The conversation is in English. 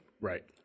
Right